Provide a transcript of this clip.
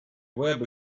web